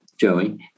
Joey